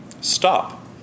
Stop